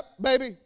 baby